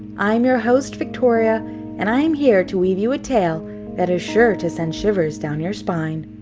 i'm your host, victoria and i'm here to weave you a tale that is sure to send shivers down your spine.